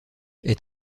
est